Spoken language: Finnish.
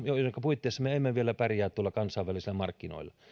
joidenka puitteissa me emme vielä pärjää tuolla kansainvälisillä markkinoilla